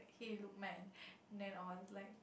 K look mine then I was like